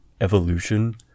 evolution